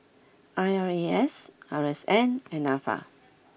I R A S R S N and Nafa